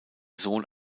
sohn